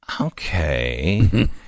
okay